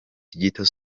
digital